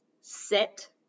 sit